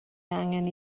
angen